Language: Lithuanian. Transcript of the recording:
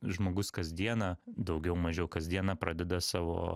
žmogus kasdieną daugiau mažiau kasdieną pradeda savo